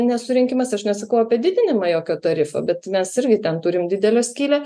nesurinkimas aš nesakau apie didinimą jokio tarifo bet mes irgi ten turim didelę skylę